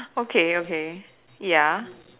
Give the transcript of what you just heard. okay okay ya